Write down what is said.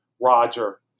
Roger